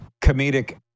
comedic